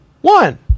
one